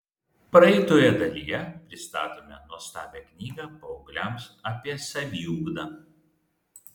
praeitoje dalyje pristatėme nuostabią knygą paaugliams apie saviugdą